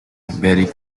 very